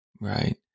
right